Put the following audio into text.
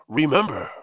remember